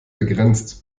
begrenzt